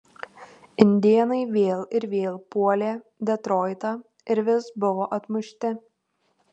indėnai vėl ir vėl puolė detroitą ir vis buvo atmušti